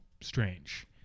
strange